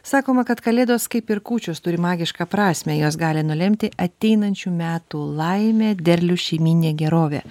sakoma kad kalėdos kaip ir kūčios turi magišką prasmę jos gali nulemti ateinančių metų laimę derlių šeimyninę gerovę